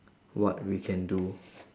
what we can do